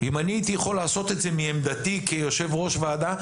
אם אני הייתי יכול לעשות את זה מעמדתי כיושב-ראש ועדה,